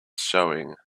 showing